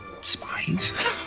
spies